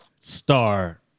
star